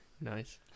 nice